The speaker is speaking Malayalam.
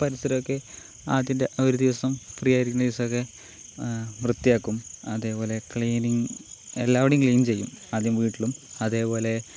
പരിസരൊക്കെ ആദ്യത്തെ ഒരു ദിവസം ഫ്രീയായിരിക്കുന്ന ദിവസമൊക്കെ വൃത്തിയാക്കും അതേപോലെ ക്ലീനിങ് എല്ലാവിടെയും ക്ലീൻ ചെയ്യും ആദ്യം വീട്ടിലും അതേപോലെ